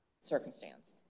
circumstance